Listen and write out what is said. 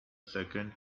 second